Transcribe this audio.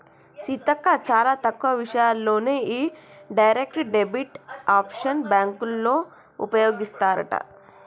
సీతక్క చాలా తక్కువ విషయాల్లోనే ఈ డైరెక్ట్ డెబిట్ ఆప్షన్ బ్యాంకోళ్ళు ఉపయోగిస్తారట